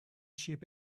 sheep